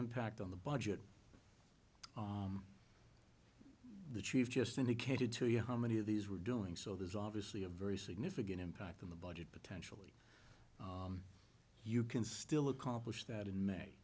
impact on the budget the chief just indicated to you how many of these were doing so there's obviously a very significant impact in the budget potentially you can still accomplish that in may